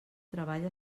treball